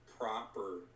proper